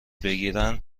بگیرن